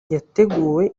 yateguwe